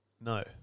No